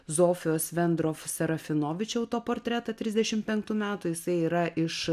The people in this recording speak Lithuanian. zofijos vendrof serafinobič autoportretą trisdešimt penktų metų jisai yra iš